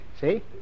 See